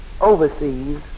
overseas